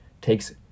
takes